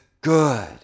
good